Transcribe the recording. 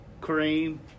Cream